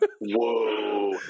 Whoa